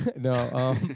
No